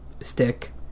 stick